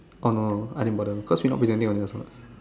oh no I didn't bother cause she not presenting on it also [what]